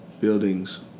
buildings